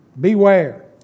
Beware